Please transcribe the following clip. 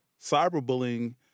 cyberbullying